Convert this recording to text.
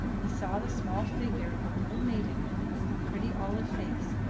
he saw the small figure of a little maiden with pretty olive face,